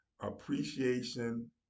appreciation